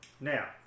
Now